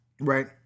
Right